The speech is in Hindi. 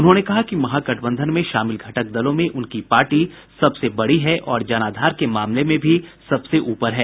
उन्होंने कहा कि महागठबंधन में शामिल घटक दलों में उनकी पार्टी सबसे बड़ी है और जनाधार के मामले में भी सबसे ऊपर है